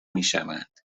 میشوند